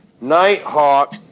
Nighthawk